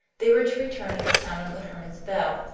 they were to return at the sound of the hermit's bell,